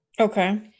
Okay